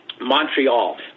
Montreal